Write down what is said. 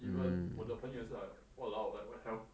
even 我的朋友是 like !walao! like what the hell